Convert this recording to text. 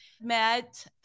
met